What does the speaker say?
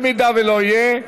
אם לא יהיה,